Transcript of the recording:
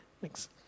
Thanks